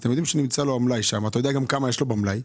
וגם אתם יודעים כמה יש לו במלאי.